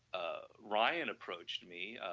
ah ryan approached me,